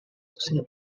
set